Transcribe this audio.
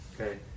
Okay